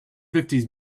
fifties